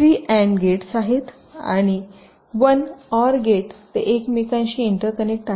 3 AND gates आहेत आणि 1 OR gate ते एकमेकांशी इंटरकनेक्ट आहेत